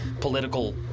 political